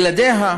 ילדיה,